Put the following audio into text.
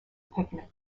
picnic